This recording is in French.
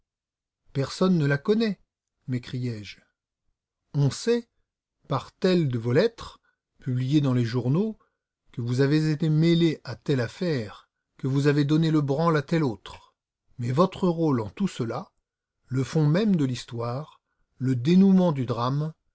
personne ne la connaît m'écriai-je on sait par telle de vos lettres publiée dans les journaux que vous avez été mêlé à telle affaire que vous avez donné le branle à telle autre mais votre rôle en tout cela le fond même de l'histoire le dénouement du drame